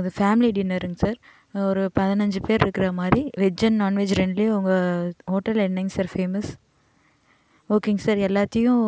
இது ஃபேமிலி டின்னருங்கள் சார் ஒரு பதினஞ்சு பேர் இருக்கிற மாதிரி வெஜ் அண்ட் நான்வெஜ் ரெண்ட்லையும் ஹோட்டலில் என்னங்க சார் ஃபேமஸ் ஓகேங்க சார் எல்லாத்தையும்